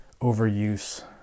overuse